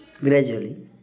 Gradually